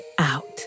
out